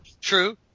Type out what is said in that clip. True